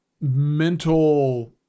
mental